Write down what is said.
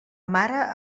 mare